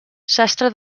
sastre